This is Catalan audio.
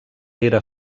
era